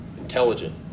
intelligent